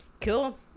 Cool